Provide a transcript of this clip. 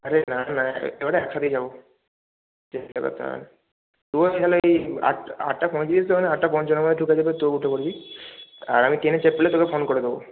আরে না না এবারে একসাথেই যাব করতে হবে না তুই তাহলে ওই আট আটটা পঁয়ত্রিশ যে মানে আটটা পঞ্চান্নর মধ্যে ঢুকে যাবে তোর উঠে পড়বি আর আমি ট্রেনে চাপলে তোকে ফোন করে দেবো